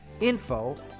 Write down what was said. info